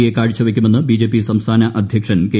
A കാഴ്ച്വയ്ക്കുമെന്ന് BJP സംസ്ഥാന അദ്ധ്യക്ഷൻ കെ